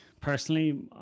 personally